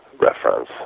reference